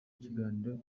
kiganiro